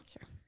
Sure